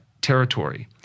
territory